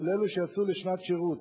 של אלה שיצאו לשנת שירות,